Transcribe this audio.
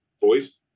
voice